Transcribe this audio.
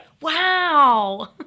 Wow